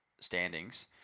standings